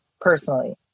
personally